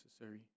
necessary